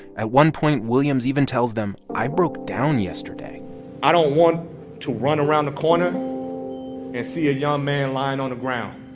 at one point, williams even tells them, i broke down yesterday i don't want to run around the corner and see a young man lying on the ground.